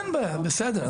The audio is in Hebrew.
אין בעיה, בסדר.